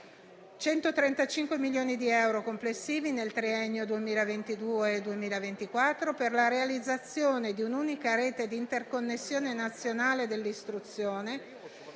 135 milioni di euro complessivi nel triennio 2022-2024 per la realizzazione di un'unica rete di interconnessione nazionale dell'istruzione,